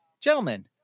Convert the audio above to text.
gentlemen